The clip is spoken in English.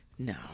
No